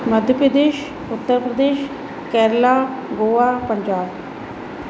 Madhya Pradesh Uttar Pradesh Kerala Goa Punjab